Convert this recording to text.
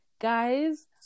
guys